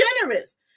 generous